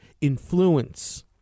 influence